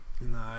No